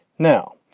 now,